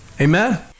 amen